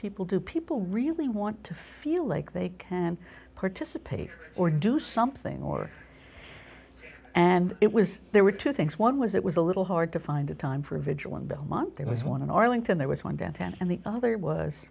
people do people really want to feel like they can participate or do something or and it was there were two things one was it was a little hard to find a time for a vigil in belmont there was one in arlington there was one downtown and the other was